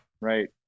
right